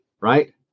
right